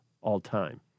all-time